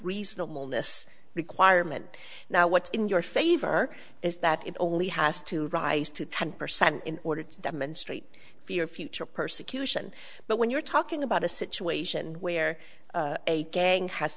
reasonableness requirement now what's in your favor is that it only has to rise to ten percent in order to demonstrate fear of future persecution but when you're talking about a situation where a gang has